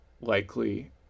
likely